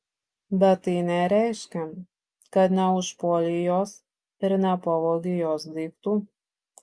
bet tai nereiškia kad neužpuolei jos ir nepavogei jos daiktų